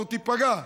הספורט ייפגע.